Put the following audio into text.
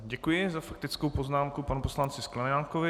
Děkuji za faktickou poznámku panu poslanci Sklenákovi.